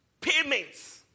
Payments